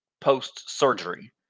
post-surgery